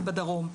ובדרום.